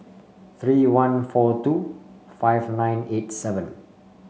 three one four two five nine eight seven